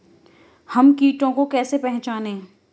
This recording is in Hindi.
हम कीटों को कैसे पहचाने?